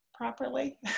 Properly